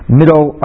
middle